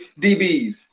DBs